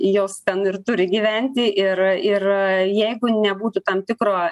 jos ten ir turi gyventi ir ir jeigu nebūtų tam tikro